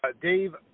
Dave